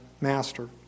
master